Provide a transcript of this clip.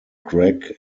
gregg